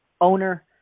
owner